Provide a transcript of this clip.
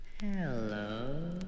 Hello